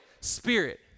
Spirit